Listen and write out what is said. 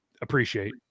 appreciate